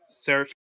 search